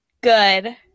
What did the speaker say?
good